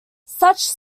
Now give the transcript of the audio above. such